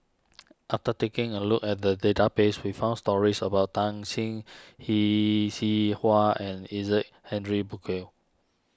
after taking a look at the database we found stories about Tan Shen Yee Xi Hua and Isaac Henry Burkill